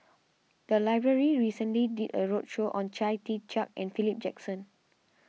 the library recently did a roadshow on Chia Tee Chiak and Philip Jackson